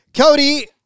Cody